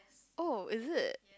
oh is it